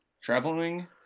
traveling